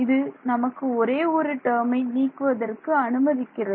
இது நமக்கு ஒரே ஒரு டேர்மை நீக்குவதற்கு அனுமதிக்கிறது